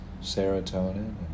serotonin